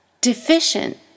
deficient